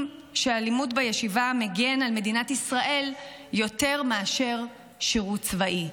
שהלימוד בישיבה מגן על מדינת ישראל יותר מאשר שירות צבאי.